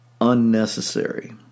unnecessary